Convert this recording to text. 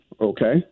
okay